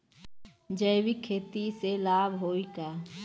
जैविक खेती से लाभ होई का?